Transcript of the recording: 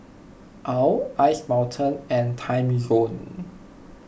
Owl Ice Mountain and Timezone